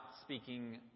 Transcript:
speaking